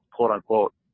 quote-unquote